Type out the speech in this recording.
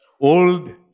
Old